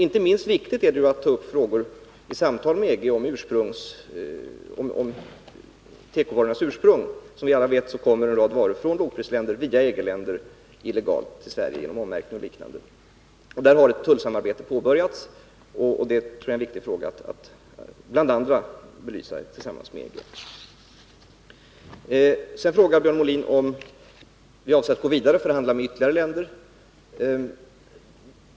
I samtalen med EG är det inte minst viktigt att man tar upp frågor om tekovarornas ursprung. Som vi alla vet kommer en rad varor från lågprisländer illegalt till Sverige via EG-länder genom ommärkning och liknande åtgärder. Där har ett tullsamarbete påbörjats, och bl.a. den frågan är viktig att belysa tillsammans med EG. Sedan frågar Björn Molin om vi avser att gå vidare och förhandla med ytterligare länder.